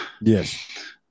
Yes